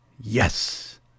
Yes